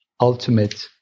ultimate